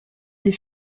les